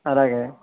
అలాగే